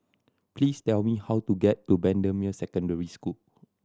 please tell me how to get to Bendemeer Secondary School